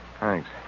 Thanks